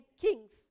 kings